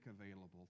available